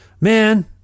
man